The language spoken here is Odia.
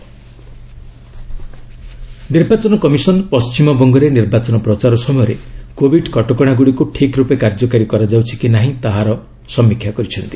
ସିଇସି ବେଙ୍ଗଲ୍ ନିର୍ବାଚନ କମିଶନ୍ ପଣ୍ଢିମବଙ୍ଗରେ ନିର୍ବାଚନ ପ୍ରଚାର ସମୟରେ କୋଭିଡ୍ କଟକଶାଗୁଡ଼ିକୁ ଠିକ୍ ରୂପେ କାର୍ଯ୍ୟକାରୀ କରାଯାଉଛି କି ନାହିଁ ତାହାରେ ସମୀକ୍ଷା କରିଛନ୍ତି